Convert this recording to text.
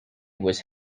was